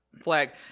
flag